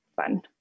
fun